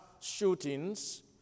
shootings